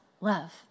love